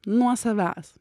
nuo savęs